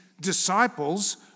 disciples